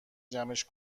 جمعش